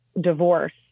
divorce